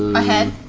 ahead?